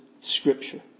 scripture